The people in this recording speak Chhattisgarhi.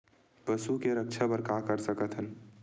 पशु के रक्षा बर का कर सकत हन?